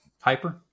hyper